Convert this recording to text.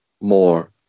more